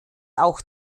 auch